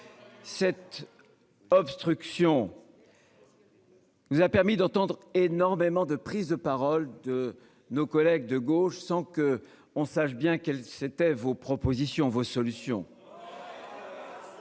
Cette. Obstruction. Nous a permis d'entendre énormément de prise de parole de nos collègues de gauche sans qu'on sache bien qu'elle s'était vos propositions, vos solutions.